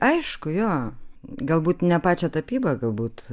aišku jo galbūt ne pačią tapybą galbūt